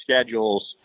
schedules